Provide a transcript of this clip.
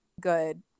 good